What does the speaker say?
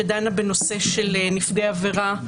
שדנה בנושא של נפגעי עבירה.